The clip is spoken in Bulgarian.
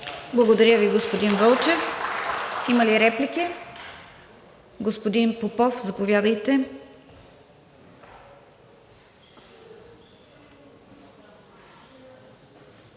Благодаря Ви, господин Вълчев. Има ли реплики? Господин Попов, заповядайте.